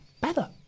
Better